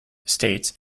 states